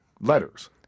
letters